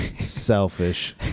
selfish